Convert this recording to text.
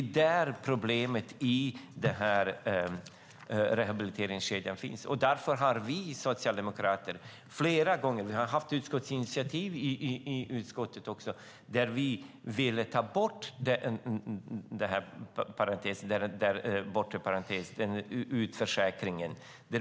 Det är där problemet med rehabiliteringskedjan finns. Därför har vi socialdemokrater tagit ett utskottsinitiativ för att få bort den bortre parentesen, utförsäkringen.